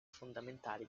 fondamentali